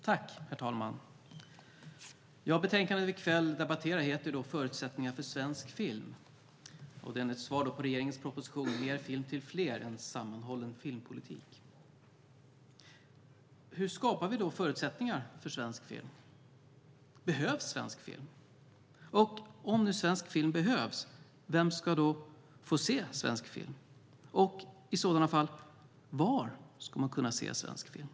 Herr talman! Betänkandet vi i kväll debatterar heter Förutsättningar för svensk film . Det är ett svar på regeringens proposition Mer film till fler - en sammanhållen filmpolitik . Hur skapar vi då förutsättningar för svensk film? Behövs svensk film? Om nu svensk film behövs, vem ska då få se svensk film? Och i sådana fall, var ska man kunna se svensk film?